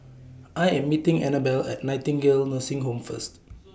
I Am meeting Anabelle At Nightingale Nursing Home First